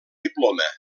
diploma